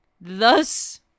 Thus